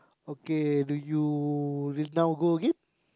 okay do you will now go again